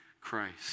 Christ